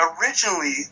originally